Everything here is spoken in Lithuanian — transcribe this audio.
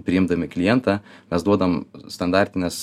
priimdami klientą mes duodam standartines